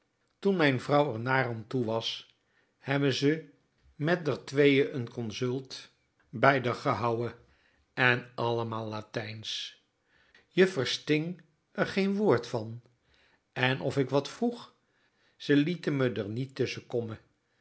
toen mijn vrouw r naar an toe was hebben ze met d'r tweeën n consult bij d'r gehouen en allemaal latijnsch je versting r geen woord van en of ik wat vroeg ze lieten me r niet